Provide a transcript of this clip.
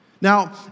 Now